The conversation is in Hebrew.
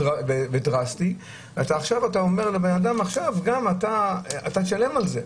חריג ודרסטי, ואתה אומר לאדם שגם ישלם על זה.